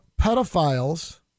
pedophiles